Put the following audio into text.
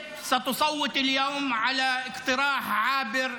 (אומר דברים בשפה הערבית,